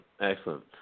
excellent